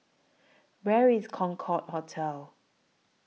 Where IS Concorde Hotel